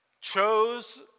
chose